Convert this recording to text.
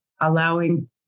allowing